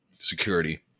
Security